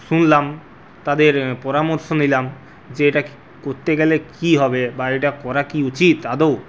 শুনলাম তাদের পরামর্শ নিলাম যে এটা কততে গেলে কী হবে বা এটা করা কি উচিত আদৌ